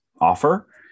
offer